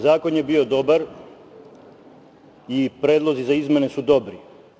Zakon je bio dobar i predlozi za izmene su dobri.